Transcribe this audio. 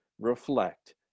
reflect